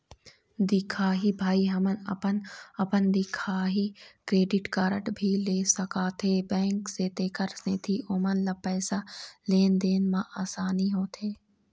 दिखाही भाई हमन अपन अपन दिखाही क्रेडिट कारड भी ले सकाथे बैंक से तेकर सेंथी ओमन ला पैसा लेन देन मा आसानी होथे?